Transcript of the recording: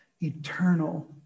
eternal